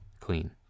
clean